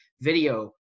video